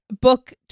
book